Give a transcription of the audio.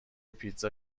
پیتزا